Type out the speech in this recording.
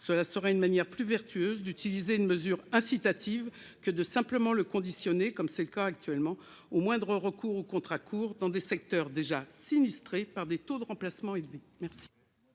Ce serait une manière plus vertueuse d'utiliser une mesure incitative que de simplement conditionner l'octroi du bonus- comme c'est actuellement le cas -à un moindre recours aux contrats courts dans des secteurs déjà sinistrés par des taux de remplacement élevés.